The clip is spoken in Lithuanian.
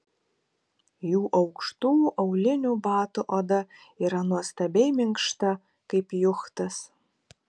jų aukštų aulinių batų oda yra nuostabiai minkšta kaip juchtas